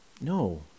No